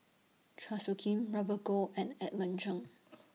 Chua Soo Khim Robert Goh and Edmund Cheng